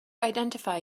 identify